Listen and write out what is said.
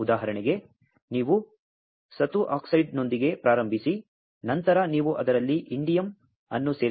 ಉದಾಹರಣೆಗೆ ನೀವು ಸತು ಆಕ್ಸೈಡ್ನೊಂದಿಗೆ ಪ್ರಾರಂಭಿಸಿ ನಂತರ ನೀವು ಅದರಲ್ಲಿ ಇಂಡಿಯಮ್ ಅನ್ನು ಸೇರಿಸಬಹುದು